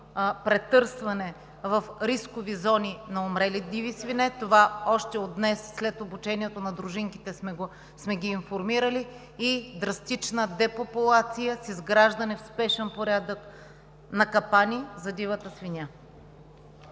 претърсване в рискови зони на умрели диви свине – това още от днес, след обучението на дружинките, сме ги информирали и за драстична депопулация с изграждане в спешен порядък на капани за дивата свиня.